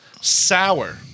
sour